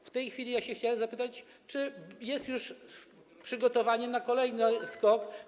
W tej chwili chciałem zapytać: Czy jest już przygotowanie na kolejny skok.